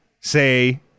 say